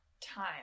time